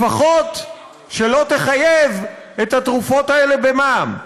לפחות שלא תחייב את התרופות האלה במע"מ.